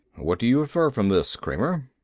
what do you infer from this, kramer?